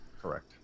correct